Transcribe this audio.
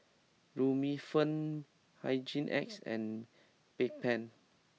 Remifemin Hygin X and Bedpans